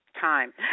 time